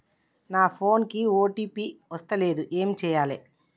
నా ఫోన్ కి ఓ.టీ.పి వస్తలేదు ఏం చేయాలే?